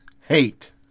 hate